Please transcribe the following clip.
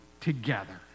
together